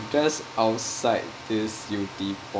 just outside this yew tee point